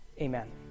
Amen